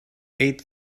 eight